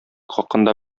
хакында